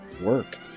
Work